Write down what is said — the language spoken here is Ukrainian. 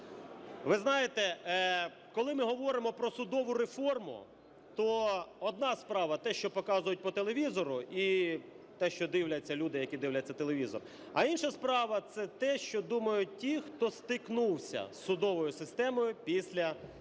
Ви знаєте, коли ми говоримо про судову реформу, то одна справа - те, що показують по телевізору, і те, що дивляться люди, які дивляться телевізор, а інша справа - це те, що думають ті, хто стикнувся з судовою системою після цієї реформи.